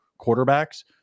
quarterbacks